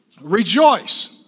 Rejoice